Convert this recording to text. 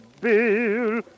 bill